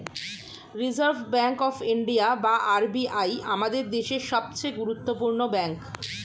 reserve bank of India বা RBI আমাদের দেশের সবচেয়ে গুরুত্বপূর্ণ ব্যাঙ্ক